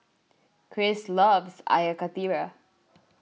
Chris loves Air Karthira